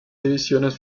divisiones